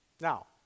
Now